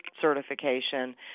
certification